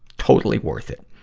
totally worth it.